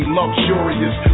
Luxurious